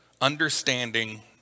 understanding